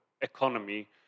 economy